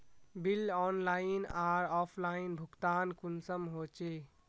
Bill online आर offline भुगतान कुंसम होचे?